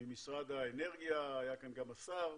ממשרד האנרגיה, היה כאן גם השר,